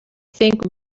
think